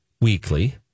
weekly